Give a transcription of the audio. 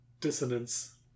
dissonance